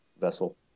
Vessel